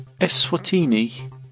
Eswatini